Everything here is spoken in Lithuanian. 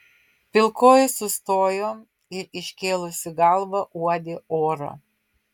pilkoji sustojo ir iškėlusi galvą uodė orą